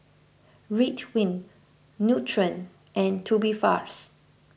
Ridwind Nutren and Tubifast